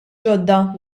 ġodda